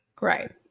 Right